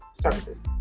Services